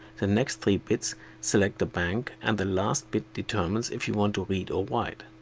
the next three bits select the bank and the last bit determines if you want to read or write.